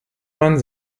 man